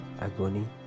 agony